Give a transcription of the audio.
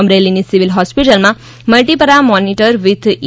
અમરેલીની civil હોસ્પિટલમાં multipara monitor with E